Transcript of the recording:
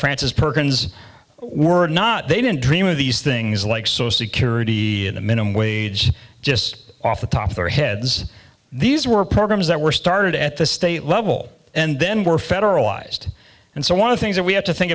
frances perkins were not they didn't dream of these things like social security and the minimum wage just off the top of their heads these were programs that were started at the state level and then were federalized and so one of the things that we have to think